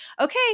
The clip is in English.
okay